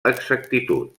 exactitud